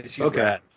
Okay